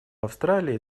австралии